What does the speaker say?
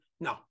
No